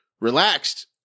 Relaxed